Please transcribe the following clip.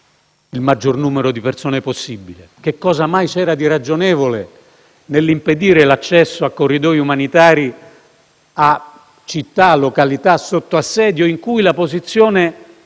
il maggior numero possibile di persone? Cosa mai c'era di ragionevole nell'impedire l'accesso a corridoi umanitari a città e località sotto assedio, in cui la posizione